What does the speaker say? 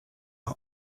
are